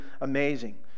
amazing